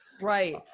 Right